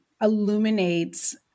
illuminates